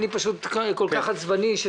אני פשוט כל כך עצבני.